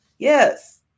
Yes